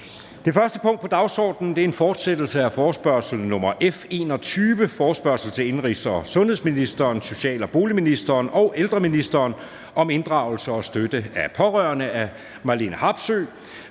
Det første punkt på dagsordenen er: 1) Fortsættelse af forespørgsel nr. F 21 [afstemning]: Forespørgsel til indenrigs- og sundhedsministeren, social- og boligministeren og ældreministeren om inddragelse og støtte af pårørende. Af Marlene Harpsøe